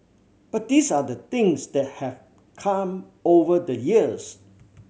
but these are the things that have come over the years